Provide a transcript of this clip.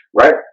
right